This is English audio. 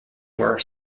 were